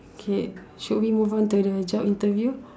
okay should we move on to the job interview